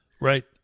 Right